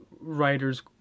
writers